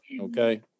Okay